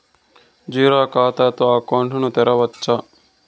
Zero ఖాతా తో account ను తెరవచ్చా?